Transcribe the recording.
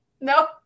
no